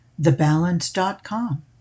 TheBalance.com